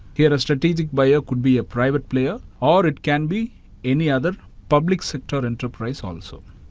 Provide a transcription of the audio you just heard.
here a strategic buyer could be a private player or it can be any other public sector enterprise also.